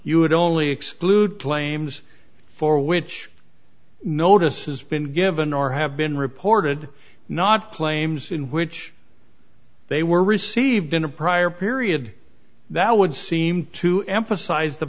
you would only exclude claims for which notices been given or have been reported not claims in which they were received in a prior period that would seem to emphasize the